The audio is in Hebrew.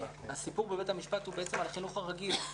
הסיפור בבית המשפט הוא בעצם על החינוך הרגיל.